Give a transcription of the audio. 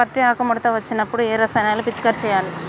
పత్తి ఆకు ముడత వచ్చినప్పుడు ఏ రసాయనాలు పిచికారీ చేయాలి?